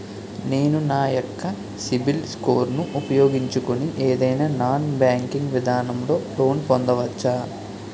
నేను నా యెక్క సిబిల్ స్కోర్ ను ఉపయోగించుకుని ఏదైనా నాన్ బ్యాంకింగ్ విధానం లొ లోన్ పొందవచ్చా?